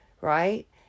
right